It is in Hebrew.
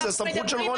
זו סמכות של רונן.